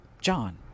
John